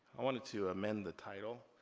i wanted to amend the title.